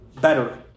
better